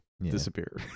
disappear